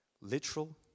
literal